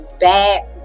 bad